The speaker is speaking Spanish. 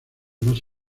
más